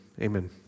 amen